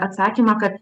atsakymą kad